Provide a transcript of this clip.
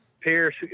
Pierce